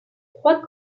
trois